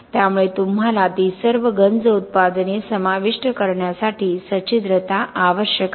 त्यामुळे तुम्हाला ती सर्व गंज उत्पादने समाविष्ट करण्यासाठी सच्छिद्रता आवश्यक आहे